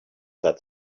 that